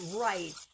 right